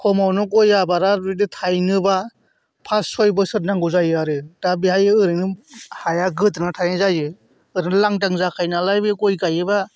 खमावनो गय आबादा जुदि थायनोब्ला पास सय बोसोर नांगौ जायो आरो दा बेहाय ओरैनो हाया गोदोना थानाय जायो ओरैनो लांदां जाखायो नालाय बे गय गायोब्ला